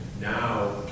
now